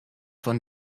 von